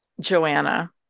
Joanna